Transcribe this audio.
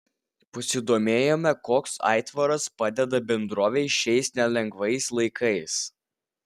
pasidomėjome koks aitvaras padeda bendrovei šiais nelengvais laikais